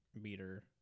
meter